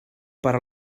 per